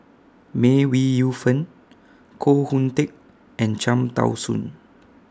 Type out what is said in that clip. May Ooi Yu Fen Koh Hoon Teck and Cham Tao Soon